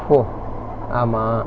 !wah! ஆமா:aamaa